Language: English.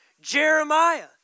Jeremiah